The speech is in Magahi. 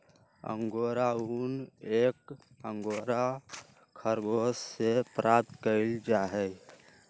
अंगोरा ऊन एक अंगोरा खरगोश से प्राप्त कइल जाहई